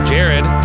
Jared